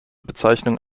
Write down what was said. bezeichnung